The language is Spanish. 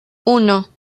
uno